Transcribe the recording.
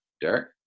Derek